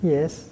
Yes